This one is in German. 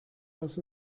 was